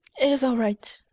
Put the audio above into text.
it is all right.